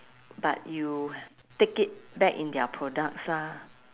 but you take it back in their products lah